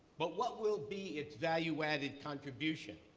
but what will be its value added contribution?